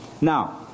Now